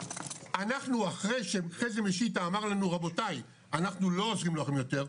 אנחנו אחרי שחזי משיטה אמר לנו רבותיי אנחנו לא עוזרים לכם יותר,